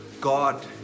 God